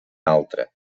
altre